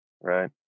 Right